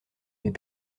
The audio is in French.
mais